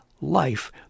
life